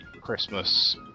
Christmas